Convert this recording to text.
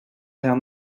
down